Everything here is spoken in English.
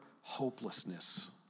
hopelessness